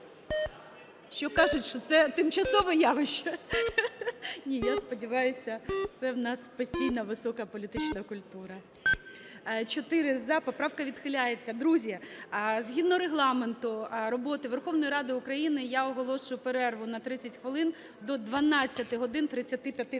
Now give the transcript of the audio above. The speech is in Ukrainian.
Що кажуть, що це тимчасове явище? Ні, я сподіваюся, це в нас постійна висока політична культура. 12:02:41 За-4 12:02:44 ГОЛОВУЮЧИЙ. Поправка відхиляється. Друзі, згідно Регламенту роботи Верховної Ради України я оголошую перерву на 30 хвилин до 12 годин 35 хвилин.